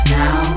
now